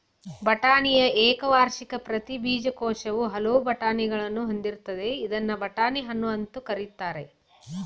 ಬಟಾಣಿಯ ಏಕವಾರ್ಷಿಕ ಪ್ರತಿ ಬೀಜಕೋಶವು ಹಲವು ಬಟಾಣಿಗಳನ್ನು ಹೊಂದಿರ್ತದೆ ಇದ್ನ ಬಟಾಣಿ ಹಣ್ಣು ಅಂತ ಕರೀತಾರೆ